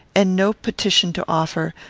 and no petition to offer,